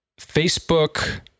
Facebook